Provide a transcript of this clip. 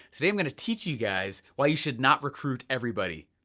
today i'm gonna teach you guys why you should not recruit everybody.